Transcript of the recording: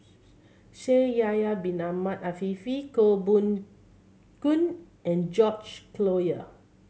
Shaikh Yahya Bin Ahmed Afifi Koh Poh Koon and George Collyer